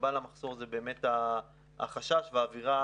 הסיבה למחסור היא באמת החשש והאווירה